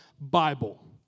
Bible